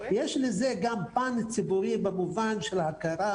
יש לזה גם פן ציבורי במובן של הכרה